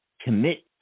Commit